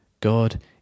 God